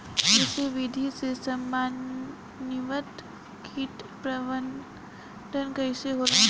कृषि विधि से समन्वित कीट प्रबंधन कइसे होला?